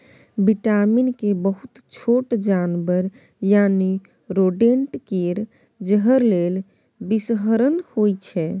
vitamin K बहुत छोट जानबर यानी रोडेंट केर जहर लेल बिषहरण होइ छै